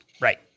Right